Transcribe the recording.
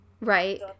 right